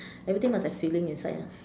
everything must have feeling inside ah